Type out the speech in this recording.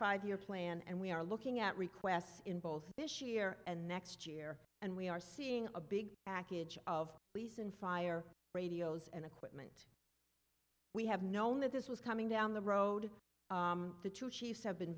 five year plan and we are looking at requests in both this year and next year and we are seeing a big akhet of police and fire radios and equipment we have known that this was coming down the road the two chiefs have been